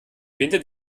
finde